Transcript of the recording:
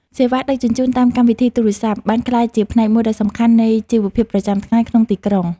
សេវាដឹកជញ្ជូនតាមកម្មវិធីទូរសព្ទ បានក្លាយជាផ្នែកមួយដ៏សំខាន់នៃជីវភាពប្រចាំថ្ងៃក្នុងទីក្រុង។